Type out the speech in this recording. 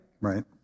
Right